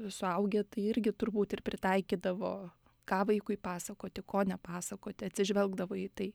suaugę tai irgi turbūt ir pritaikydavo ką vaikui pasakoti ko nepasakoti atsižvelgdavo į tai